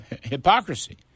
hypocrisy